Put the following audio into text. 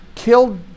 Killed